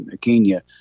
Kenya